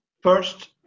first